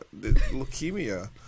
leukemia